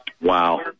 Wow